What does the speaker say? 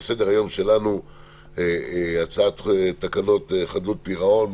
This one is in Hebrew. על סדר-היום שלנו הצעת תקנות חדלות פירעון,